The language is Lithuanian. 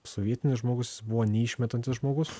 sovietinis žmogus jis buvo neišmetantis žmogus